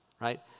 Right